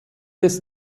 des